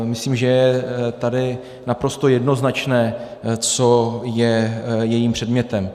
Myslím, že je tady naprosto jednoznačné, co je jejím předmětem.